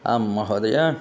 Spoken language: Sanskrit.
आम् महोदय